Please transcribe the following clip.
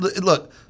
Look